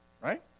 Right